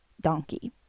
donkey